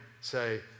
say